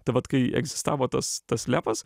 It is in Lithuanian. tai vat kai egzistavo tas tas lepas